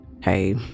hey